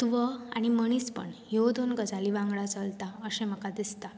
तत्व आनी मनीसपण ह्यो दोन गजाली वांगडा चलता अशें म्हाका दिसता